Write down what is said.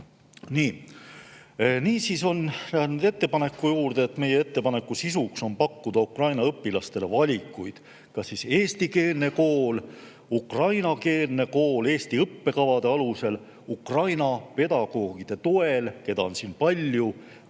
Nüüd ettepaneku juurde. Meie ettepaneku sisu on pakkuda Ukraina õpilastele valikuid: kas eestikeelne kool, ukrainakeelne kool Eesti õppekavade alusel Ukraina pedagoogide toel, keda on siin palju,